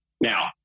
Now